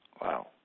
wow